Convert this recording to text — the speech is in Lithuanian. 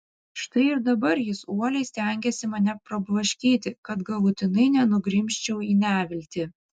štai ir dabar jis uoliai stengiasi mane prablaškyti kad galutinai nenugrimzčiau į neviltį